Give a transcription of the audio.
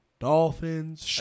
Dolphins